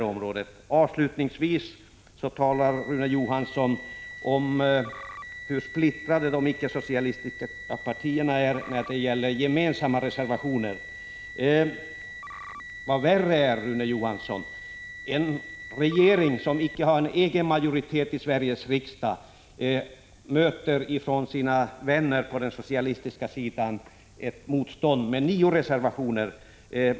Avslutningsvis talade Rune Johansson om hur splittrade de icke-socialistiska partierna är och att vi inte har avgett någon gemensam reservation. Värre är, Rune Johansson, att en regering som icke har egen majoritet i Sveriges riksdag från sina vänner på den socialistiska sidan möter ett motstånd som har tagit sig uttryck i nio reservationer.